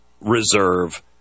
reserve